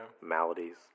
maladies